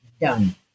done